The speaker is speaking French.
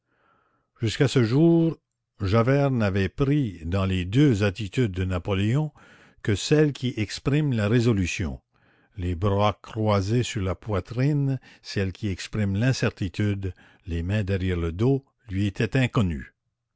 jusqu'à ce jour javert n'avait pris dans les deux attitudes de napoléon que celle qui exprime la résolution les bras croisés sur la poitrine celle qui exprime l'incertitude les mains derrière le dos lui était inconnue